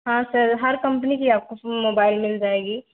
हाँ सर हर कंपनी की आपको मोबाइल मिल जाएगा